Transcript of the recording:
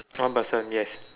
one person yes